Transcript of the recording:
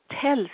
tell